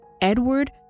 Edward